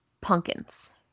pumpkins